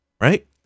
right